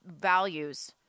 values